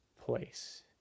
place